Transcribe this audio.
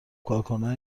کارکنان